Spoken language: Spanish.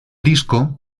disco